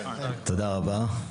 תודה רבה.